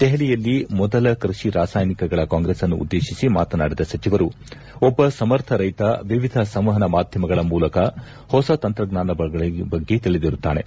ದೆಹಲಿಯಲ್ಲಿ ಮೊದಲ ಕೃಷಿ ರಾಸಾಯನಿಕಗಳ ಕಾಂಗ್ರೆಸನ್ನು ಉದ್ದೇಶಿಸಿ ಮಾತನಾಡಿದ ಸಚಿವರು ಒಬ್ಬ ಸಮರ್ಥ ರೈತ ವಿವಿಧ ಸಂವಹನ ಮಾಧ್ಯಮಗಳ ಮೂಲಕ ಹೊಸ ತಂತ್ರಜ್ಞಾನಗಳ ಬಗ್ಗೆ ತಿಳಿದಿರುತ್ತಾನೆ